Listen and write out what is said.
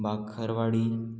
bakarwadi